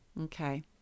Okay